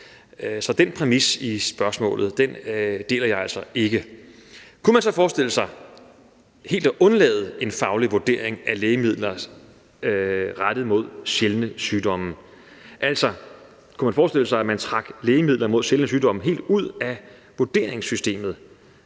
Så den præmis i spørgsmålet deler jeg altså ikke. Kunne man så forestille sig helt at undlade en faglig vurdering af lægemidler rettet mod sjældne sygdomme? Altså, kunne man forestille sig, at man trak lægemidler mod sjældne sygdomme helt ud af vurderingssystemet?